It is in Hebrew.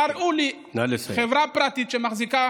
תראו לי חברה פרטית שמחזיקה